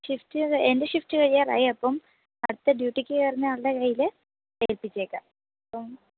ഷിഫ്റ്റിത് എൻ്റെ ഷിഫ്റ്റ് കഴിയാറായി അപ്പം അടുത്ത ഡ്യൂട്ടിക്ക് കയറുന്ന ആളുടെ കൈയിൽ ഏൽപ്പിച്ചേക്കാം അപ്പം